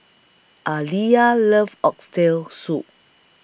Aaliyah loves Oxtail Soup